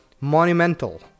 monumental